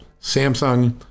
Samsung